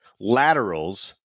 laterals